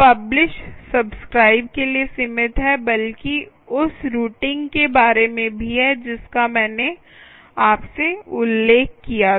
publish subscribe के लिए सीमित है बल्कि उस रूटिंग के बारे में भी है जिसका मैंने आपसे उल्लेख किया था